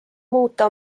muuta